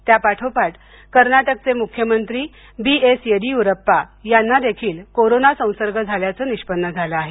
त्या पाठोपाठ कर्नाटकचे मुख्यमंत्री बी एस येडीयुरप्पा यांना देखील कोरोना संसर्ग झाल्याचं निष्पन्न झालं आहे